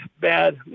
bad